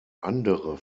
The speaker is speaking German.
andere